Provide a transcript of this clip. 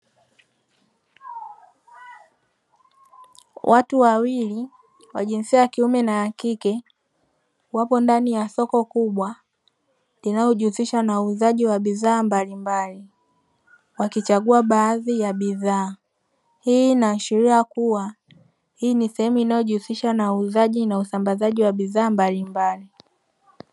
Watu wawili wa jinsia ya kiume na ya kike, wako ndani ya soko kubwa linalojihusisha na uuzaji wa bidhaa mbalimbali, wakichagua baadhi ya bidhaa, hii inaashiria kua, hii ni sehemu inayojihusisha na uuzaji na usambazaji wa bidhaa mbalimbali.